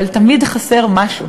אבל תמיד חסר משהו.